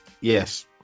Yes